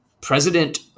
president